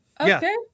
okay